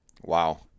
Wow